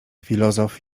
filozof